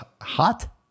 hot